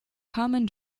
common